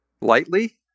lightly